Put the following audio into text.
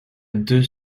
deux